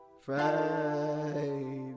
Friday